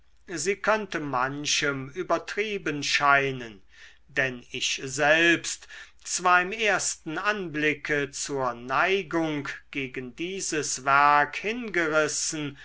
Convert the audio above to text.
sie könnte manchem übertrieben scheinen denn ich selbst zwar im ersten anblicke zur neigung gegen dieses werk hingerissen